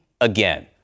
again